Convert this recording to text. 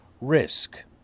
risk